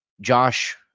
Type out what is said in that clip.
Josh